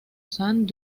sang